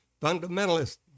fundamentalists